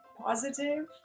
positive